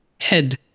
head